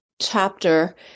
chapter